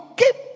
keep